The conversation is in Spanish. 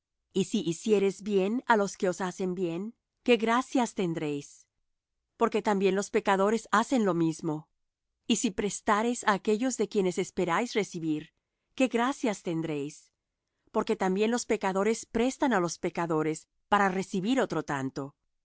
los aman y si hiciereis bien á los que os hacen bien qué gracias tendréis porque también los pecadores hacen lo mismo y si prestareis á aquellos de quienes esperáis recibir qué gracias tendréis porque también los pecadores prestan á los pecadores para recibir otro tanto